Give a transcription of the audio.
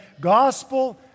gospel